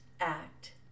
act